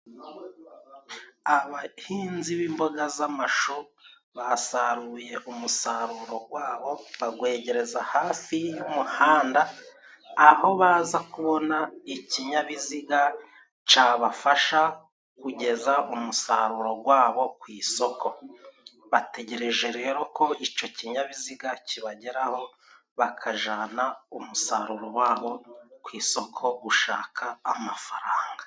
Abahinzi b'imboga z'amashu, basaruye umusaruro gwabo, bagwereza hafi y'umuhanda aho baza kubona ikinyabiziga cabafasha kugeza umusaruro gwabo ku isoko. Bategereje rero ko ico kinyabiziga kibageraho bakajana umusaruro wabo ku isoko gushaka amafaranga.